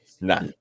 Nah